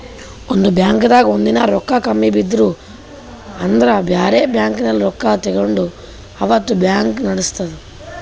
ಒಂದ್ ಬಾಂಕ್ದಾಗ್ ಒಂದಿನಾ ರೊಕ್ಕಾ ಕಮ್ಮಿ ಬಿದ್ದು ಅಂದ್ರ ಬ್ಯಾರೆ ಬ್ಯಾಂಕ್ಲಿನ್ತ್ ರೊಕ್ಕಾ ತಗೊಂಡ್ ಅವತ್ತ್ ಬ್ಯಾಂಕ್ ನಡಸ್ತದ್